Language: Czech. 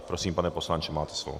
Prosím, pane poslanče, máte slovo.